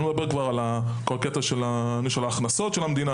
אני כבר לא מדבר על כל עניין ההכנסות של המדינה